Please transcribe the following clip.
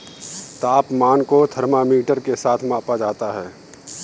तापमान को थर्मामीटर के साथ मापा जाता है